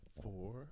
four